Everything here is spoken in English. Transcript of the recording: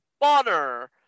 Bonner